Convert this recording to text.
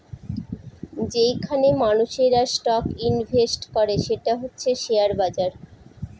যেইখানে মানুষেরা stock invest করে সেটা হচ্ছে শেয়ার বাজার